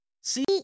See